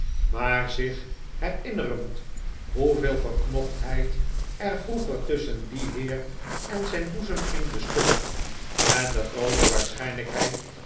maar zich herinnerend hoeveel verknochtheid er vroeger tusschen dien heer en zijn boezemvriend hestond en de groote waarschijnlijkheid